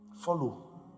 Follow